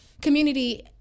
community